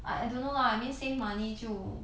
I don't know lah I mean save money 就